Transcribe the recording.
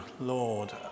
Lord